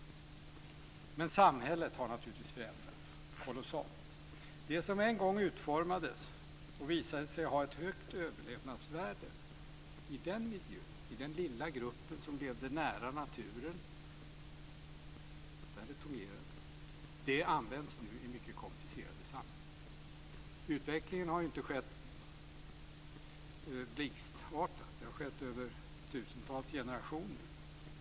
Men samhället har naturligtvis förändrats kolossalt mycket. Det som en gång utformades och visade sig ha ett högt överlevnadsvärde i den miljön, i den lilla gruppen som levde nära naturen där det fungerade, det används nu i mycket komplicerade sammanhang. Utvecklingen har ju inte skett blixtsnabbt. Den har skett över tusentals generationer.